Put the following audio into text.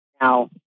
Now